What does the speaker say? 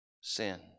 sin